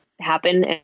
happen